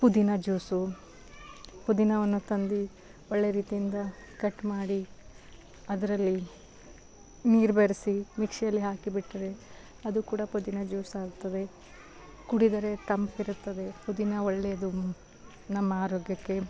ಪುದಿನ ಜ್ಯೂಸು ಪುದಿನವನ್ನು ತಂದು ಒಳ್ಳೆಯ ರೀತಿಯಿಂದ ಕಟ್ ಮಾಡಿ ಅದರಲ್ಲಿ ನೀರು ಬೆರೆಸಿ ಮಿಕ್ಶಿಯಲ್ಲಿ ಹಾಕಿ ಬಿಟ್ಟರೆ ಅದು ಕೂಡ ಪುದಿನ ಜ್ಯೂಸ್ ಆಗ್ತದೆ ಕುಡಿದರೆ ತಂಪಿರುತ್ತದೆ ಪುದಿನ ಒಳ್ಳೆಯದು ನಮ್ಮ ಆರೋಗ್ಯಕ್ಕೆ